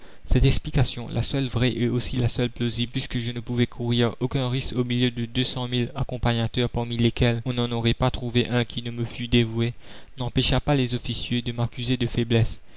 cette explication la seule vraie et aussi la seule plausible puisque je ne pouvais courir aucun risque au milieu de deux cent mille accompagnateurs parmi lesquels on n'en aurait pas trouvé un qui ne me fût dévoué n'empêcha pas les officieux de m'accuser de faiblesse